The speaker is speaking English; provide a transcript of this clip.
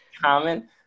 common